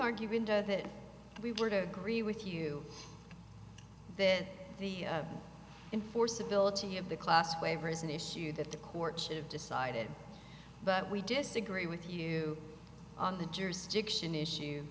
argument that we were to agree with you that the enforceability of the class waiver is an issue that the courts have decided but we disagree with you on the jurisdiction issue